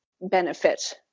benefit